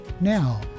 now